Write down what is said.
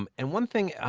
um and one thing.